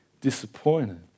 disappointed